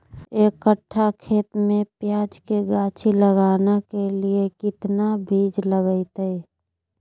एक कट्ठा खेत में प्याज के गाछी लगाना के लिए कितना बिज लगतय?